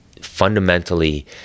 fundamentally